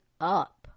up